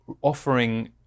offering